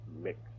mix